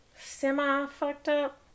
semi-fucked-up